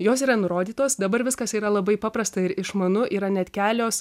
jos yra nurodytos dabar viskas yra labai paprasta ir išmanu yra net kelios